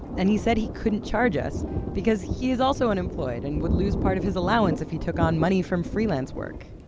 and he said he couldn't charge us because he is also unemployed and would lose part of his allowance if he took on money from freelance work.